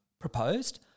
proposed